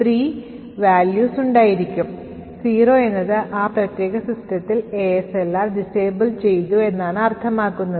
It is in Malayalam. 0 എന്നത് ആ പ്രത്യേക സിസ്റ്റത്തിൽ ASLR disbale ചെയ്തു എന്നാണ് അർത്ഥമാക്കുന്നത്